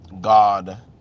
God